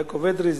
יעקב אדרי,